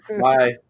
Bye